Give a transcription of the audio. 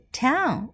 town